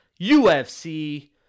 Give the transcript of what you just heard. UFC